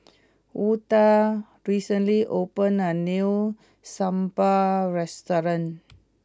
Hulda recently opened a new Sambal restaurant